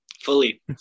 fully